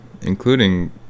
including